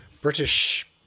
British